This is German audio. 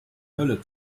hölle